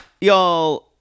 Y'all